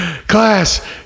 Class